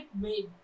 made